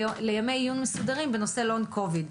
לימי עיון מסודרים בנושא לונג קוביד.